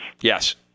Yes